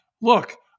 look